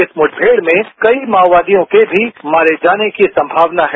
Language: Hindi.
इस मुठभेड़ में कई माओवादियों के भी मारे जाने की संभावना है